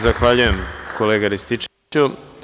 Zahvaljujem kolega Rističeviću.